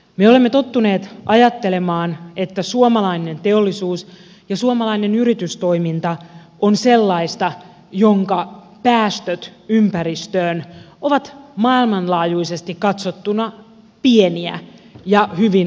me olemme tottuneet ajattelemaan että suomalainen teollisuus ja suomalainen yritystoiminta on sellaista jonka päästöt ympäristöön ovat maailmanlaajuisesti katsottuna pieniä ja hyvin harkittuja